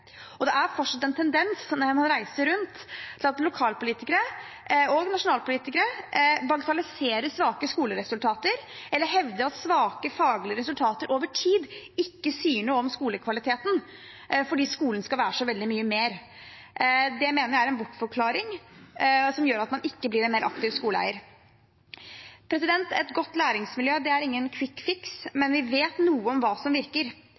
Og det er fortsatt en tendens – når man reiser rundt – til at lokalpolitikere og nasjonalpolitikere bagatelliserer svake skoleresultater eller hevder at svake faglige resultater over tid ikke sier noe om skolekvaliteten fordi skolen skal være så veldig mye mer. Det mener jeg er en bortforklaring som gjør at man ikke blir en mer aktiv skoleeier. Et godt læringsmiljø er ingen kvikkfiks, men vi vet noe om hva som virker.